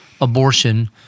abortion